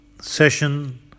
session